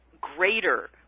greater